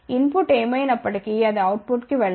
in put ఏమైనప్పటికీ అది అవుట్పుట్కు వెళ్ళాలి